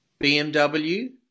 BMW